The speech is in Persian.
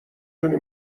تونی